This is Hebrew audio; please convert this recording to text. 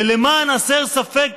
ולמען הסר ספק,